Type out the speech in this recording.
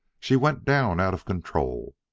she went down out of control,